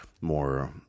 more